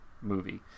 movie